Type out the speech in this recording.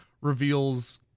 reveals